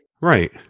Right